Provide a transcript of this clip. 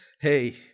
Hey